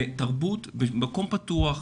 תרבות במקום פתוח,